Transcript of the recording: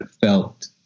felt